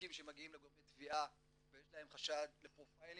תיקים שמגיעים לגורמי תביעה ויש להם חשד לפרופיילינג,